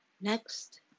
Next